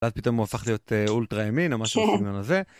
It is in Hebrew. ואז פתאום הוא הפך להיות אולטרה-ימין, או משהו בסגנון הזה.